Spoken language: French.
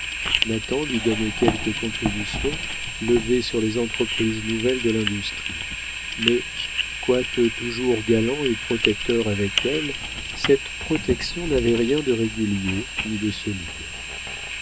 nathan lui donnait quelques contributions levées sur les entreprises nouvelles de l'industrie mais quoique toujours galant et protecteur avec elle cette protection n'avait rien de régulier ni de solide